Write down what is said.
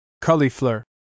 Cauliflower